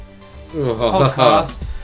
podcast